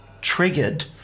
triggered